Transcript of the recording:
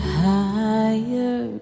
higher